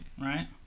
Right